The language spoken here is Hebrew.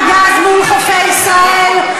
והגז מול חופי ישראל,